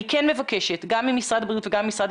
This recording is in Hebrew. אני מבקשת גם ממשרד הבריאות וגם ממשרד